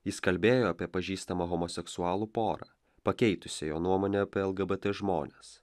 jis kalbėjo apie pažįstamą homoseksualų porą pakeitusią jo nuomonę apie lgbt žmones